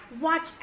watch